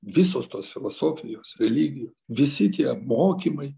visos tos filosofijos religijos visi tie mokymai